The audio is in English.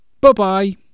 Bye-bye